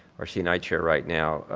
our c and i chair right now,